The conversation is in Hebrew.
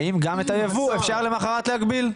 האם גם את הייבוא אפשר למחרת להביל?